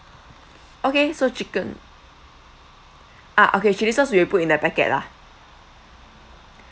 okay so chicken ah okay chilli sauce we will put in the packet lah